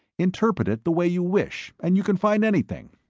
interpret it the way you wish, and you can find anything.